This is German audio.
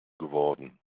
geworden